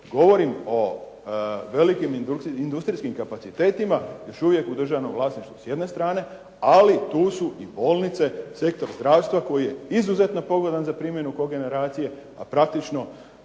govorim o velikim industrijskim kapacitetima još uvijek u državnom vlasništvu s jedne strane, ali tu su i bolnice, sektor zdravstva koji je izuzetno pogodan za primjenu kogeneracije, a praktično